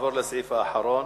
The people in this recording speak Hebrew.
נעבור לסעיף האחרון.